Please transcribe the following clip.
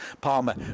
Palmer